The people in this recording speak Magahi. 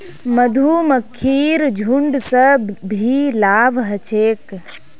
मधुमक्खीर झुंड स की लाभ ह छेक